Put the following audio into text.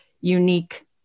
unique